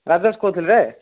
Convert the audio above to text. ରାଜେଶ କହୁଥିଲି ରେ